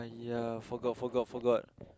ya forgot forgot forgot